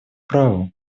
праву